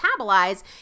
metabolize